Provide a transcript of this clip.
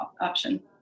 option